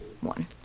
one